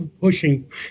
pushing